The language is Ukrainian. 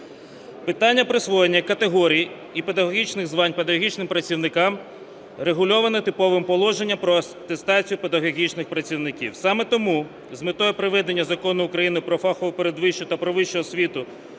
Питання присвоєння категорій і педагогічних звань педагогічним працівникам регульоване типовим положенням про атестацію педагогічних працівників. Саме тому з метою приведення Закону України про фахову передвищу та про вищу освіту